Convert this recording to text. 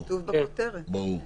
ברור.